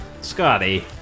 Scotty